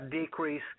decrease